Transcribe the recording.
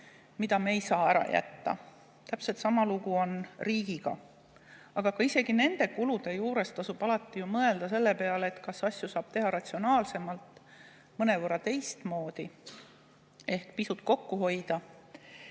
mida me ei saa ära jätta. Täpselt sama lugu on riigiga. Aga isegi nende kulude juures tasub alati mõelda selle peale, kas asju saab teha ratsionaalsemalt, mõnevõrra teistmoodi, ehk pisut kokku hoida